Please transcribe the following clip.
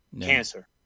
cancer